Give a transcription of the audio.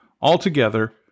Altogether